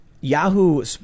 Yahoo